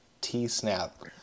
T-snap